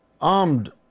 armed